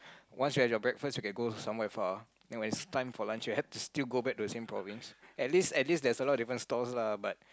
once you have your breakfast then you can go to somewhere far then when it is time for lunch you have to still go back to the same province at least at least there's a lot of different stalls lah but